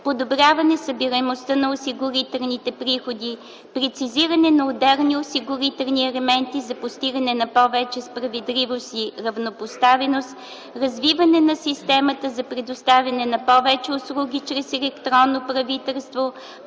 подобряване събираемостта на осигурителните приходи, прецизиране на отделни осигурителни елементи за постигане на повече справедливост и равнопоставеност. Развиване на системата за предоставяне на повече услуги чрез електронно правителство,